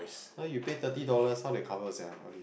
now you pay thirty dollars how they cover sia